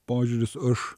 požiūris aš